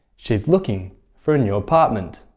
she's looking for a new apartment.